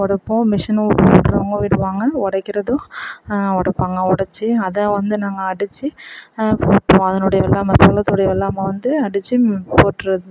உடப்போம் machine விடுறவங்க விடுவாங்க உடைக்கிறதும் உடைப்பாங்க உடச்சி அதை வந்து நாங்கள் அடித்து அதை போட்டிருவோம் அதனுடைய வெள்ளாமை சோளத்துடய வெள்ளாமை வந்து அடித்து போடுறது